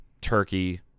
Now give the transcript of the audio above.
Turkey